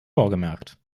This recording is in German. vorgemerkt